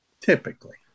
Typically